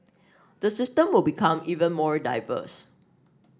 the system will become even more diverse